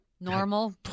Normal